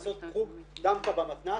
לעשות חוג דמקה במתנ"ס,